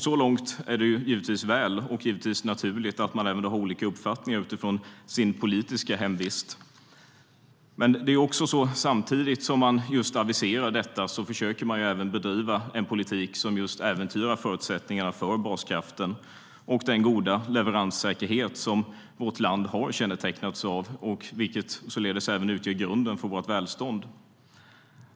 Så långt är det väl, och givetvis är det naturligt att man har olika uppfattningar utifrån sin politiska hemvist. Men samtidigt som man aviserar detta försöker man bedriva en politik som äventyrar förutsättningarna för baskraften och den goda leveranssäkerhet som vårt land har kännetecknats av, vilken även utgör grunden för vårt välstånd.